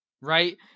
right